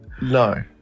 No